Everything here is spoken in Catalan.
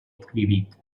prohibit